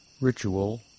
ritual